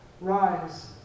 Rise